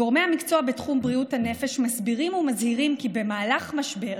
גורמי המקצוע בתחום בריאות הנפש מסבירים ומזהירים כי במהלך משבר